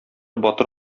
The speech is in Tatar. батыр